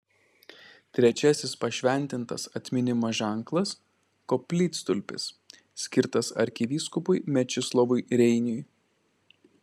trečiasis pašventintas atminimo ženklas koplytstulpis skirtas arkivyskupui mečislovui reiniui